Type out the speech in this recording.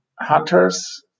hunters